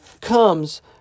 comes